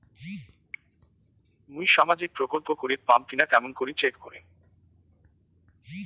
মুই সামাজিক প্রকল্প করির পাম কিনা কেমন করি চেক করিম?